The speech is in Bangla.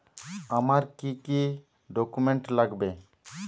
আমার কি কি ডকুমেন্ট লাগবে?